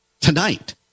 tonight